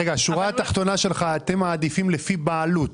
השורה התחתונה שלך היא שאתם מעדיפים לפי בעלות,